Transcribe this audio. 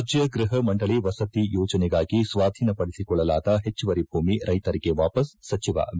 ರಾಜ್ಯ ಗೃಪ ಮಂಡಳಿ ವಸತಿ ಯೋಜನೆಗಾಗಿ ಸ್ವಾಧೀನಪಡಿಸಿಕೊಳ್ಳಲಾದ ಹೆಚ್ಚುವರಿ ಭೂಮಿ ರೈತರಿಗೆ ವಾಪಸ್ ಸಚಿವ ಎ